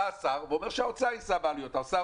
בא השר ואומר שהאוצר יישא בעלויות; האוצר